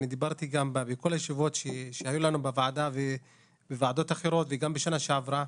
ודיברתי בכל הישיבות שהיו לנו בוועדה ובוועדות אחרות בשנה שעברה,